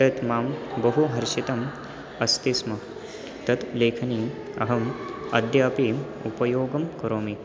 तत् मां बहु हर्षितम् अस्ति स्म तत् लेखनी अहम् अद्यापि उपयोगं करोमि